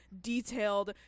detailed